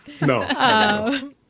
no